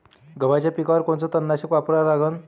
गव्हाच्या पिकावर कोनचं तननाशक वापरा लागन?